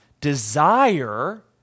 Desire